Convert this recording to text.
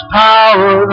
power